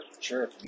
Sure